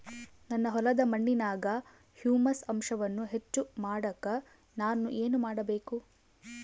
ನನ್ನ ಹೊಲದ ಮಣ್ಣಿನಾಗ ಹ್ಯೂಮಸ್ ಅಂಶವನ್ನ ಹೆಚ್ಚು ಮಾಡಾಕ ನಾನು ಏನು ಮಾಡಬೇಕು?